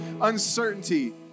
uncertainty